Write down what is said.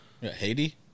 Haiti